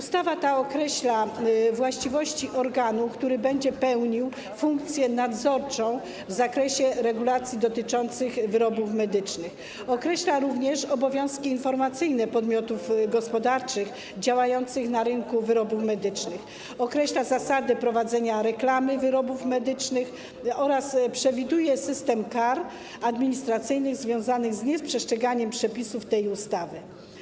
Ustawa ta określa właściwości organu, który będzie pełnił funkcję nadzorczą w zakresie regulacji dotyczących wyrobów medycznych, określa obowiązki informacyjne podmiotów gospodarczych działających na rynku wyrobów medycznych, określa zasady prowadzenia reklamy wyrobów medycznych oraz przewiduje system kar administracyjnych związanych z nieprzestrzeganiem przepisów tej ustawy.